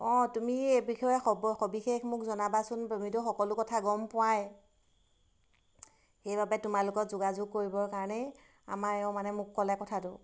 অঁ তুমি এই বিষয়ে সব সবিশেষ মোক জনাবাচোন তুমিতো সকলো কথা গম পোৱাই সেইবাবে তোমাৰ লগত যোগাযোগ কৰিবৰ কাৰণেই আমাৰ মানে মোক ক'লে কথাটো